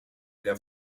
der